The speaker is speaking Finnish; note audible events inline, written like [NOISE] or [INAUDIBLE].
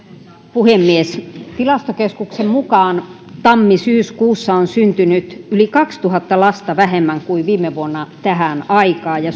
puhemies tilastokeskuksen mukaan tammi syyskuussa on syntynyt yli kaksituhatta lasta vähemmän kuin viime vuonna tähän aikaan ja [UNINTELLIGIBLE]